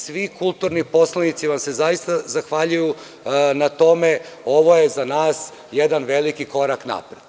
Svi kulturni poslanici vam se zaista zahvaljuju na tome, ovo je za nas jedan veliki korak napred.